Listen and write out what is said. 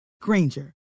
Granger